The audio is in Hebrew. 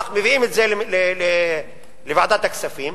מביאים את זה לוועדת הכספים,